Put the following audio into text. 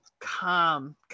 calm